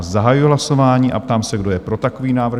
Zahajuji hlasování a ptám se, kdo je pro takový návrh?